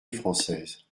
française